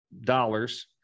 dollars